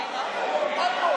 שקר.